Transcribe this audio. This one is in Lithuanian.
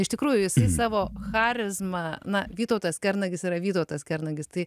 iš tikrųjų jisai savo charizma na vytautas kernagis yra vytautas kernagis tai